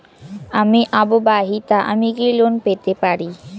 আমি অবিবাহিতা আমি কি লোন পেতে পারি?